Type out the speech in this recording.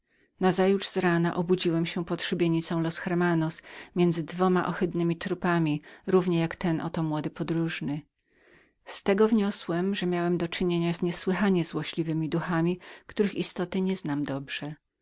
nazajutrz z rana obudziłem się pod szubienicą los hermanos między dwoma trupami równie jak ten oto młody podróżny z tego wniosłem że miałem do czynienia z niesłychanie złośliwemi duchami i których istoty nie znam dobrze